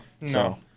No